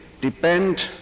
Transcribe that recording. depend